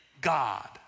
God